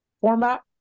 format